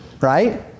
right